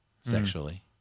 sexually